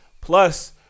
Plus